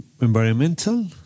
environmental